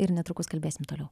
ir netrukus kalbėsim toliau